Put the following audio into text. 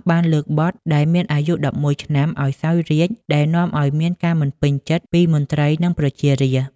គបានលើកបុត្រដែលមានអាយុ ១១ ឆ្នាំឱ្យសោយរាជ្យ ដែលនាំឱ្យមានការមិនពេញចិត្តពីមន្ត្រី និងប្រជារាស្ត្រ។